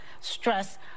stress